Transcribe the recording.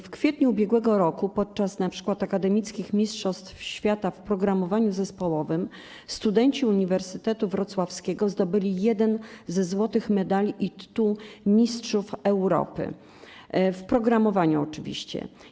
W kwietniu ub.r. podczas np. akademickich mistrzostw świata w programowaniu zespołowym studenci Uniwersytetu Wrocławskiego zdobyli jeden ze złotych medali i tytuł mistrzów Europy w programowaniu oczywiście.